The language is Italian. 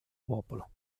popolo